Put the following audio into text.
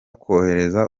kohereza